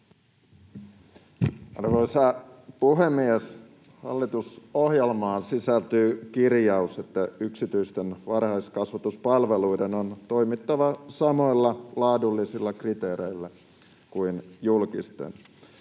Arvoisa puhemies! Hallitusohjelmaan sisältyy kirjaus, että yksityisten varhaiskasvatuspalveluiden on toimittava samoilla laadullisilla kriteereillä kuin julkisten.